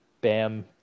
bam